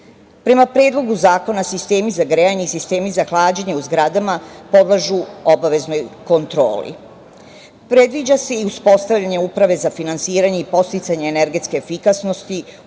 Predlogu zakona sistemi za grejanje i sistemi za hlađenje u zgradama podležu obaveznoj kontroli. Predviđa se i uspostavljanje Uprave za finansiranje i podsticanje energetske efikasnosti